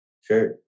Sure